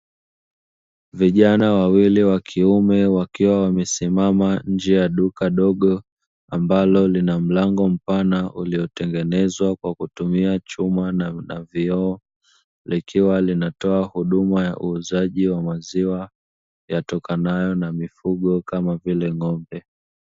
Vijana wawili wa kiume wakiwa wamesimama nje ya duka dogo ambalo lina mlango mpana uliotengenezwa kwa kutumia chuma na vioo, likiwa linatoa huduma ya uuzaji wa maziwa yatokanayo na mifugo kama vile ng'ombe.